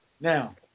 Now